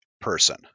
person